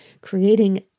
creating